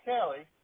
Kelly